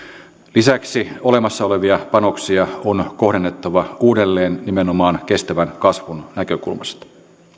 lisäksi olemassa olevia panoksia on kohdennettava uudelleen nimenomaan kestävän kasvun näkökulmasta